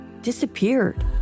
disappeared